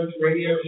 Radio